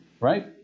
right